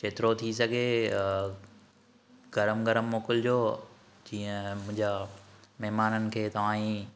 जेतिरो थी सघे गरमु गरमु मोकिलिजो जीअं मुंहिंजा महिमाननि खे तव्हां जी